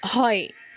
হয়